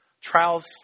Trials